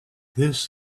this